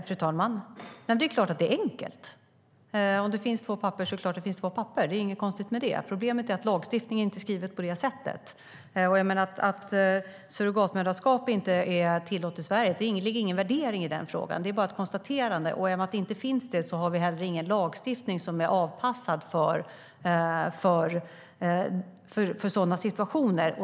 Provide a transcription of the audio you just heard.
Fru talman! Det är klart att det är enkelt. Om det finns två pappor är det klart att det finns två pappor. Det är inget konstigt med det. Problemet är att lagstiftningen inte är skriven på det sättet. Det ligger ingen värdering i frågan att surrogatmoderskap inte är tillåtet i Sverige. Det är bara ett konstaterande. Genom att det är på det sättet har vi inte heller någon lagstiftning som är avpassad för sådana situationer.